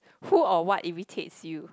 who or what irritates you